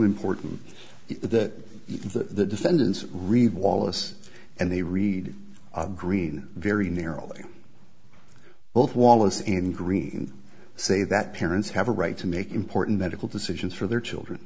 important that the defendants read wallace and they read green very narrowly both wallace and green say that parents have a right to make important medical decisions for their children